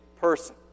person